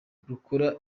rukora